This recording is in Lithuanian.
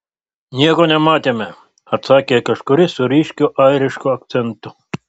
nieko nematėme atsakė kažkuris su ryškiu airišku akcentu